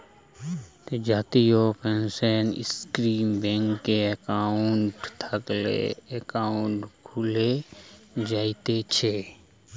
জাতীয় পেনসন স্কীমে ব্যাংকে একাউন্ট থাকলে একাউন্ট খুলে জায়তিছে